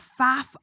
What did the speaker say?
faff